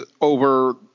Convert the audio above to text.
over